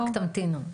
רק תמתינו.